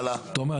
תומר,